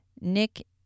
Nick